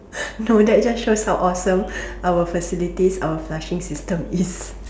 no that just shows how awesome our facilities our flushing system is